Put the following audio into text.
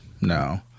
no